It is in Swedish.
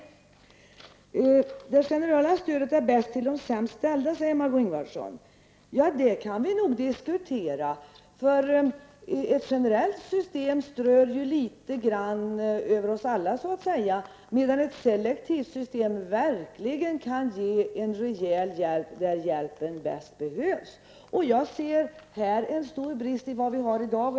Margó Ingvardsson säger att det generella stödet är bäst för de sämst ställda, men det kan nog diskuteras. Ett generellt system strör ju favörer litet grand åt oss alla, medan ett selektivt system verkligen kan ge en rejäl hjälp där hjälpen bäst behövs. Här ser jag att det finns stora brister i dag.